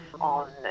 on